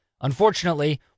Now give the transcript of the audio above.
Unfortunately